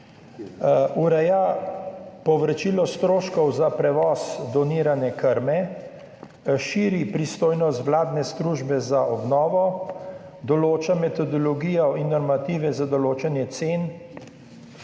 Ureja povračilo stroškov za prevoz donirane krme, širi pristojnost vladne službe za obnovo, določa metodologijo in normative za določanje cen.